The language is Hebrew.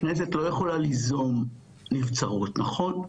כנסת לא יכולה ליזום נבצרות נכון?